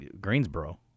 Greensboro